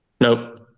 Nope